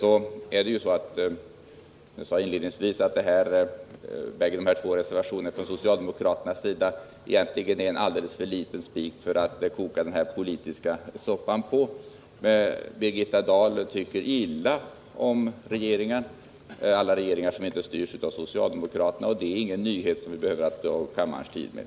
Som jag inledningsvis framhöll är vidare bägge reservationerna från socialdemokraterna egentligen alldeles för små spikar för att koka en politisk soppa på. Att Birgitta Dahl tycker illa om alla regeringar som inte styrs av socialdemokraterna är inte någon nyhet som vi behöver ta upp kammarledamöternas tid med.